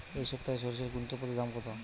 এই সপ্তাহে সরিষার কুইন্টাল প্রতি দাম কত?